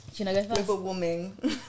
Overwhelming